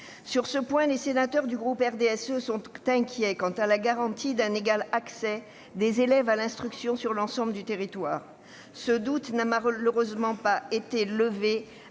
Or les sénateurs du groupe du RDSE sont inquiets concernant l'égal accès des élèves à l'instruction sur l'ensemble du territoire. Ce doute n'a malheureusement pas été levé